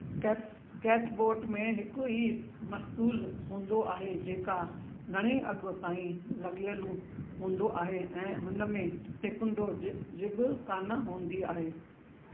कै कैटबोट में हिक ई मस्तूलु हूंदो आहे जेका घणेई अॻु ताईं लॻियलु हूंदो आहे ऐं हुन में टिकुंडो जि जिब कान हूंदी आहे